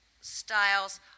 styles